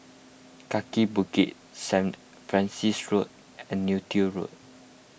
Kaki Bukit St Francis Road and Neo Tiew Road